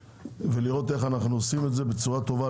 ולראות איך אנחנו עושים את זה בצורה טובה,